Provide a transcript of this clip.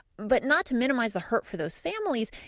but not to minimize the hurt for those families,